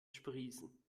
sprießen